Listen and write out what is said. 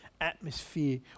atmosphere